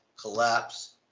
collapse